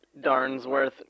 Darnsworth